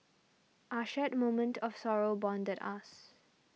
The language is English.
our shared moment of sorrow bonded us